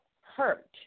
hurt